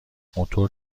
موتور